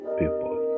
people